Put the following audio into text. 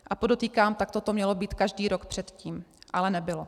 A podotýkám, takto to mělo být každý rok předtím, ale nebylo.